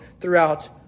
throughout